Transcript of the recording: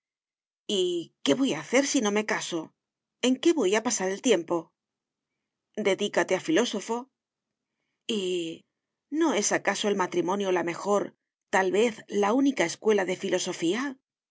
qué voy a hacer si no me caso en qué voy a pasar el tiempo dedícate a filósofo y no es acaso el matrimonio la mejor tal vez la única escuela de filosofía